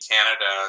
Canada